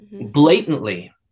blatantly